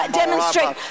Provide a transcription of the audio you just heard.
demonstrate